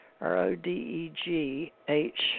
R-O-D-E-G-H